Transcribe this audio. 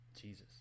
Jesus